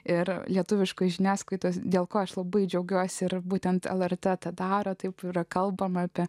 ir lietuviškoj žiniasklaidoj dėl ko aš labai džiaugiuosi ir būtent lrt tą daro taip yra kalbama apie